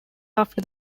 after